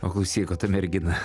o klausyk o ta mergina